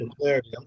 clarity